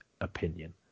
opinion